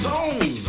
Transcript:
Zone